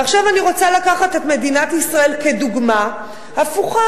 עכשיו אני רוצה לקחת את מדינת ישראל כדוגמה הפוכה